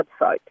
website